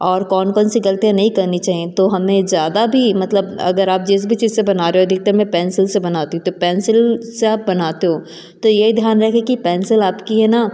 और कौन कौन सी गलतियाँ नहीं करनी चाहिए तो हमें ज़्यादा भी मतलब अगर आप जिस भी चीज़ से बना रहे हो अधिकतर मैं पेंसिल से बनाती हूँ तो पेंसिल से आप बनाते हो तो यह ध्यान रहे कि पेंसिल आपकी हैना